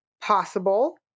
Possible